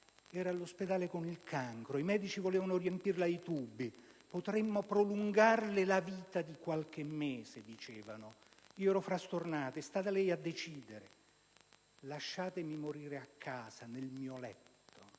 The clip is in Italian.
«Era all'ospedale con il cancro, i medici volevano riempirla di tubi. "Potremmo prolungarle la vita di qualche mese", dicevano. Io ero frastornato. È stata lei a decidere: "lasciatemi morire a casa, nel mio letto".